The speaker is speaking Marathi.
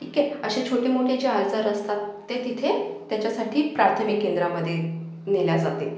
ठीक आहे असे छोटे मोठे जे आजार असतात ते तिथे त्याच्यासाठी प्राथमिक केंद्रामध्ये नेले जाते